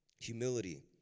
Humility